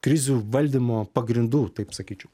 krizių valdymo pagrindų taip sakyčiau